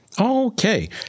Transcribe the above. Okay